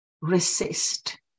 resist